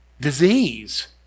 Disease